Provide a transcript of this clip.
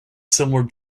similar